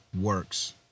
works